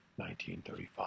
1935